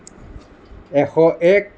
এশ এক